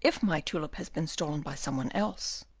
if my tulip has been stolen by some one else,